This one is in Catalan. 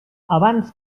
abans